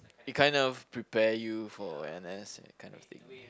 it kind of prepare you for n_s that kind of thing